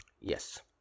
Yes